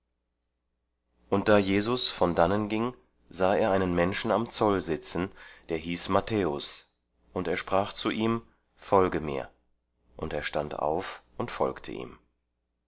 und da jesus von dannen ging sah er einen menschen am zoll sitzen der hieß matthäus und er sprach zu ihm folge mir und er stand auf und folgte ihm